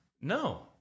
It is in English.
No